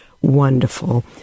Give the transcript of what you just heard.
wonderful